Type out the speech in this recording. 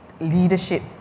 leadership